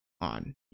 on